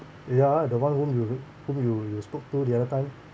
ya lah the one whom you whom you you spoke to the other time